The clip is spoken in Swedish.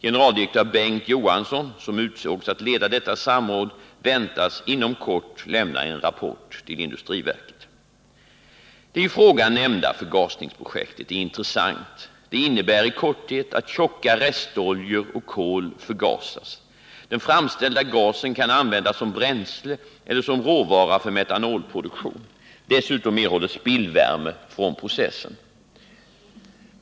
Generaldirektör Bengt Johansson, som utsågs att leda detta samråd, väntas inom kort lämna en rapport till industriverket. Det i frågan nämnda förgasningsprojektet är intressant. Det innebär i korthet att tjocka restoljor och kol förgasas. Den framställda gasen kan användas som bränsle eller som råvara för metanolproduktion. Dessutom erhålles spillvärme från processen.